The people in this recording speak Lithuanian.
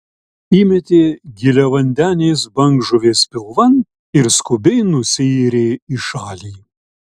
įmetė giliavandenės bangžuvės pilvan ir skubiai nusiyrė į šalį